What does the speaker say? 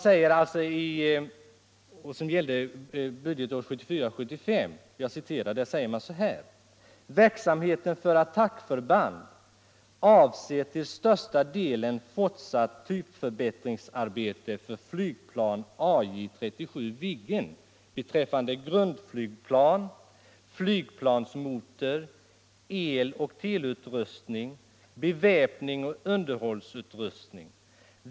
För budgetåret 1974/75 gällde: ”Verksamheten för attackförband avser till största delen fortsatt typförbättringsarbete för flygplan AF 37 beträffande grundflygplan, flygplansmotor, eloch teleutrustning, beväpning och underhållsutrustning.